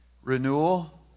Renewal